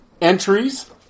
entries